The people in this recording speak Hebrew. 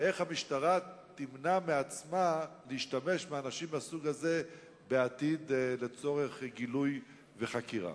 ואיך המשטרה תימנע מלהשתמש באנשים מהסוג הזה בעתיד לצורך גילוי וחקירה?